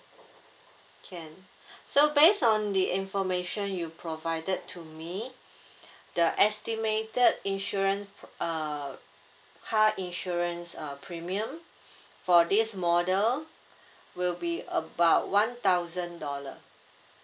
can so based on the information you provided to me the estimated insurance uh car insurance uh premium for this model will be about one thousand dollar